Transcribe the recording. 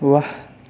वाह